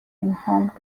informed